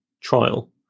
trial